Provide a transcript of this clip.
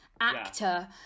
actor